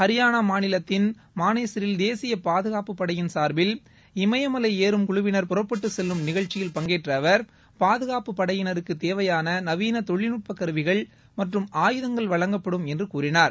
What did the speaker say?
ஹரியாளா மாநிலத்தின் மானேசில் தேசிய பாதுகாப்பு படையின் சார்பில் இம்பம்லை ஏறும் குழுவினர் புறப்பட்டு செல்லும் நிகழ்ச்சியில் பங்கேற்ற அவர் பாதுகாப்பு படையினருக்கு தேவையான நவீன தொழில்நுட்ப கருவிகள் மற்றும் ஆயுதங்கள் வழங்கப்படும் என்று கூறினார்